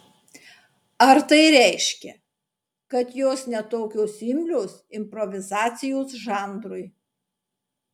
ar tai reiškia kad jos ne tokios imlios improvizacijos žanrui